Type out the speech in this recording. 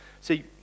See